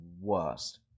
worst